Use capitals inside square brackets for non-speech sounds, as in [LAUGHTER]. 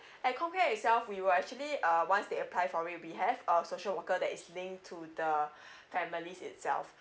at com care itself we will actually uh once they apply for it we have our social worker that is linked to the [BREATH] families itself